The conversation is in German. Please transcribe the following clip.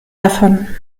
davon